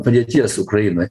padėties ukrainoj